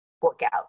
workout